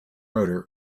rotor